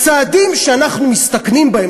הצעדים שאנחנו מסתכנים בהם,